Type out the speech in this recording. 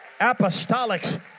Apostolics